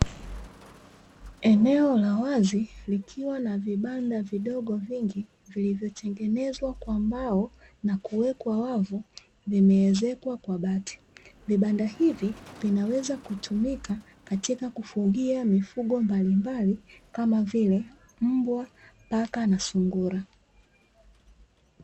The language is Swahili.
Eneo la wazi likiwa na vibanda vidogo vingi vilivyotengenezwa kwa mbao na kuwekwa wavu vimeezekwa kwa bati. vibanda hivi vinaweza kutumika katika kufugia mifugo mbalimbali kama vile mbwa, paka na sungura.